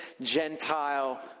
gentile